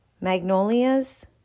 Magnolias